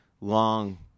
long